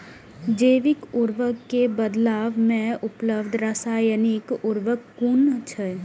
जैविक उर्वरक के बदला में उपलब्ध रासायानिक उर्वरक कुन छै?